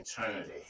eternity